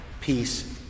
peace